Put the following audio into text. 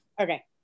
Okay